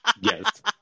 Yes